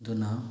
ꯑꯗꯨꯅ